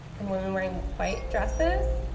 and women wearing white dresses,